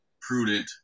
prudent